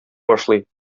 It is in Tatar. башлый